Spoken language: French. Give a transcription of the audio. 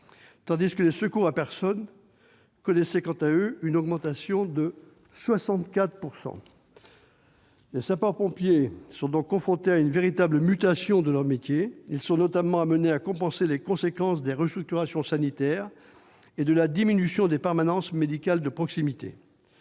tandis que les secours à la personne connaissaient une augmentation de 64 %. Les sapeurs-pompiers sont donc confrontés à une véritable mutation de leur métier. Ils sont notamment amenés à compenser les conséquences des restructurations sanitaires et de la diminution des permanences médicales de proximité.